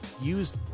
use